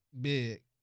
big